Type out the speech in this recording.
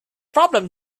problem